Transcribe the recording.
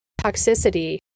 toxicity